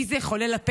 // מי זה חולל הפלא?